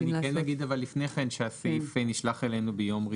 אני כן אגיד אבל לפני כן שהסעיף נשלח לוועדה